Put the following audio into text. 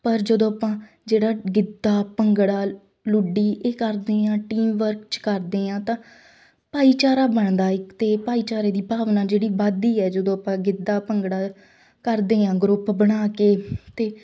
ਪਰ ਜਦੋਂ ਆਪਾਂ ਜਿਹੜਾ ਗਿੱਧਾ ਭੰਗੜਾ ਲੁੱਡੀ ਇਹ ਕਰਦੇ ਹਾਂ ਟੀਮ ਵਰਕ 'ਚ ਕਰਦੇ ਹਾਂ ਤਾਂ ਭਾਈਚਾਰਾ ਬਣਦਾ ਇੱਕ ਅਤੇ ਭਾਈਚਾਰੇ ਦੀ ਭਾਵਨਾ ਜਿਹੜੀ ਵੱਧਦੀ ਹੈ ਜਦੋਂ ਆਪਾਂ ਗਿੱਧਾ ਭੰਗੜਾ ਕਰਦੇ ਹਾਂ ਗਰੁੱਪ ਬਣਾ ਕੇ ਅਤੇ